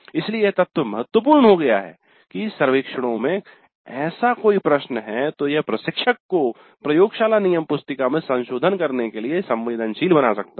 इसलिए यह तथ्य महत्वपूर्ण हो गया कि सर्वेक्षण में ऐसा कोई प्रश्न है तो यह प्रशिक्षक को प्रयोगशाला नियमपुस्तिका में संशोधन करने के लिए संवेदनशील बना सकता है